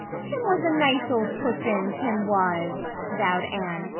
him was a nice old pussens, him was, vowed anne,